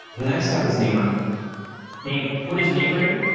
the next step is namer namer. what does namer do?